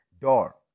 door